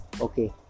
Okay